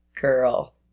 girl